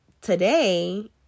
today